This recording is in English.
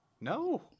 no